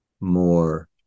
more